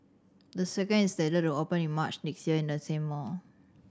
the second is slated to open in March next year in the same mall